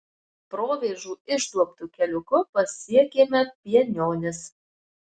provėžų išduobtu keliuku pasiekėme pienionis